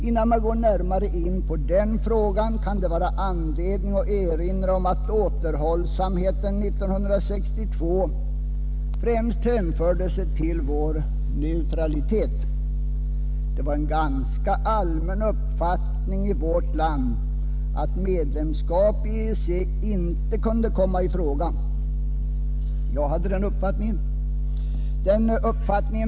Innan man går närmare in på den frågan kan det vara anledning erinra om att återhållsamheten 1962 främst hänförde sig till vår neutralitet. Det var en ganska allmän uppfattning i vårt land att medlemskap i EEC inte kunde komma i fråga. Jag hade den uppfattningen.